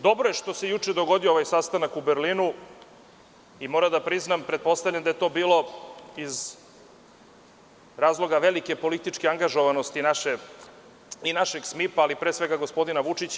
Dobro je što se juče dogodio ovaj sastanak u Berlinu i moram da priznam da je to bilo iz razloga velike političke angažovanosti i našeg tima, ali pre svega gospodina Vučića.